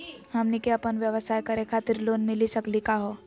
हमनी क अपन व्यवसाय करै खातिर लोन मिली सकली का हो?